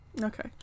Okay